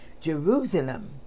Jerusalem